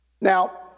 Now